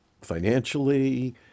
financially